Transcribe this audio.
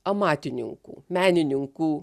amatininkų menininkų